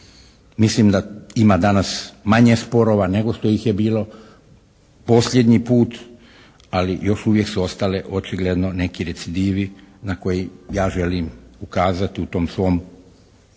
Mislim da ima danas manje sporova nego što ih je bilo posljednji put ali još uvijek su ostale očigledno neki recidivi na koje ja želim ukazati u tom svom kako